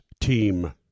team